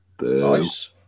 Nice